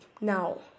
Now